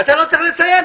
אתה לא צריך לסיים.